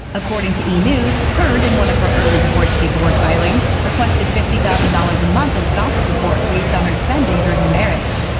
according to e! news, heard, in one of her early divorce paperwork filings, requested fifty thousand dollars a month in spousal support based on her spending during the marriage.